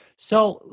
so,